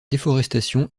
déforestation